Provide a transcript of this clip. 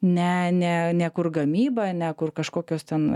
ne ne ne kur gamyba ne kur kažkokios ten